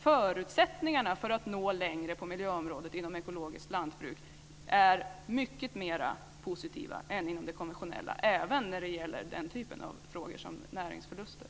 Förutsättningarna för att nå längre på miljöområdet är inom ekologiskt lantbruk mycket mera positiva än inom det konventionella, även när det gäller frågor av typen näringsförluster.